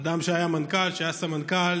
אדם שהיה מנכ"ל, שהיה סמנכ"ל,